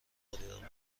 مدیرعامل